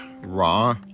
raw